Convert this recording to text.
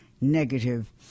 negative